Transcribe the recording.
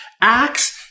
Acts